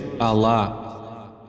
Allah